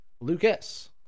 Lucas